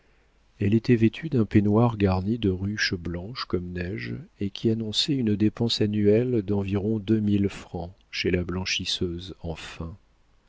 elle était vêtue d'un peignoir garni de ruches blanches comme neige et qui annonçait une dépense annuelle d'environ deux mille francs chez la blanchisseuse en